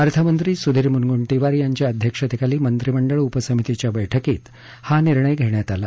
अर्थमंत्री सुधीर मुनगंटीवार यांच्या अध्यक्षतेखाली मंत्रिमंडळ उपसमितीच्या बैठकीत हा निर्णय घेण्यात आला